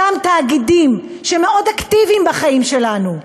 אותם תאגידים שמאוד אקטיביים בחיים שלנו,